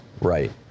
Right